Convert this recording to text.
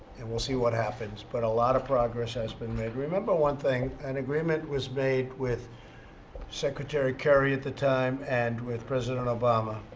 and we'll see what happens. but a lot of progress has been made. remember one thing an agreement was made with secretary kerry, at the time, and with president obama.